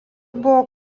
buvo